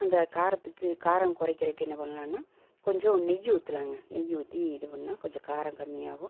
அந்த காரத்துக்கு காரம் குறைக்குறக்கு என்ன பண்ணலான்னா கொஞ்சோம் நெய் ஊற்றலாங்க நெய் ஊற்றி இது பண்ணிணா கொஞ்சோம் காரம் கம்மியாகும்